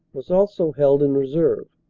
was also held in reserve,